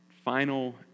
final